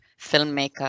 filmmaker